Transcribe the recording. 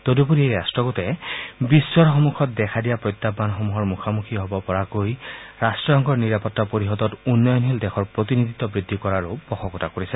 তদুপৰি এই ৰাট্টগোটে বিশ্বৰ সন্মুখত দেখা দিয়া প্ৰত্যাহ্বানসমূহৰ মুখামুখি হব পৰাকৈ ৰাষ্ট্ৰসংঘৰ নিৰাপত্তা পৰিষদত উন্নয়নশীল দেশৰ প্ৰতিনিধিত্ব বৃদ্ধি কৰাৰো পোষকতা কৰিছে